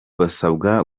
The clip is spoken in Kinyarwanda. basabwe